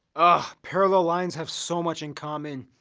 ah parallel lines have so much in common.